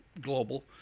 global